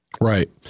Right